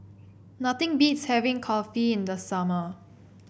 nothing beats having Kulfi in the summer